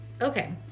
Okay